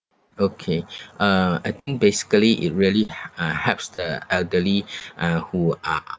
okay uh I think basically it really uh helps the elderly uh who are